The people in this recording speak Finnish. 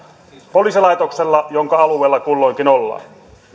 poliisilaitoksella jonka alueella kulloinkin ollaan